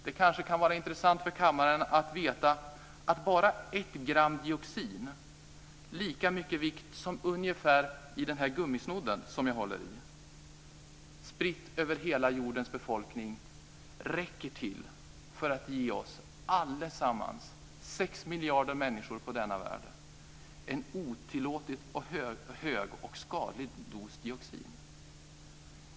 Det kanske kan vara intressant för kammaren att veta att bara ett gram dioxin, lika mycket vikt som ungefär i den gummisnodd som jag håller i, spritt över hela jordens befolkning räcker till för att ge oss allesammans, 6 miljarder människor i denna värld, en otillåtet hög och skadlig dos dioxin.